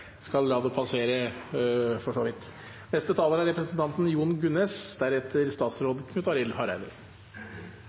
skal la det passere, for så vidt. Representanten Arne Nævra er